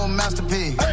masterpiece